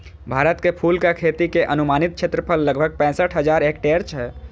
भारत मे फूलक खेती के अनुमानित क्षेत्रफल लगभग पैंसठ हजार हेक्टेयर छै